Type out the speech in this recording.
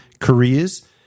careers